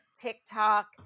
TikTok